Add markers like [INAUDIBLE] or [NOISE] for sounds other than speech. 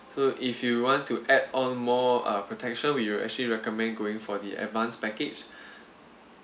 so if you want to add on more uh protection we will actually recommend going for the advanced package [BREATH]